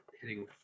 hitting